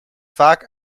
vaak